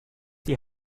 die